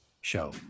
show